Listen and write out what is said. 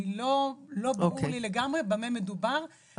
לא ברור לגמרי במה מדובר, אני אשמח לדעת.